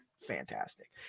fantastic